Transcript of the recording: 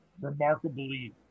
remarkably